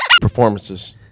performances